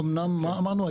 אמנם מה אמרנו ה?